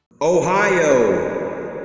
Ohio